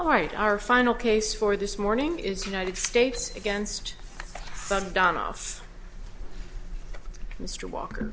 all right our final case for this morning is united states against sundown off mr walk